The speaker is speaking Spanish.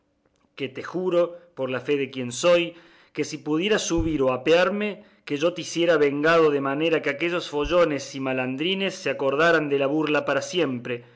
que te juro por la fe de quien soy que si pudiera subir o apearme que yo te hiciera vengado de manera que aquellos follones y malandrines se acordaran de la burla para siempre